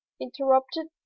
interrupted